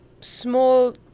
small